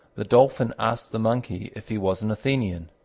the dolphin asked the monkey if he was an athenian.